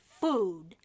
food